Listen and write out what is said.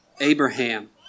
Abraham